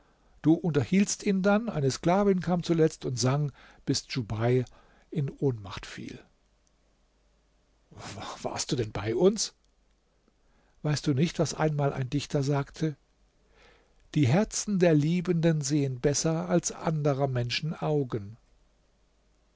du unterhieltst ihn dann eine sklavin kam zuletzt und sang bis djubeir in ohnmacht fiel warst du denn bei uns weißt du nicht was einmal ein dichter sagte die herzen der liebenden sehen besser als anderer menschen augen